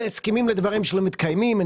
הם מסכימים לדברים שלא מתקיימים.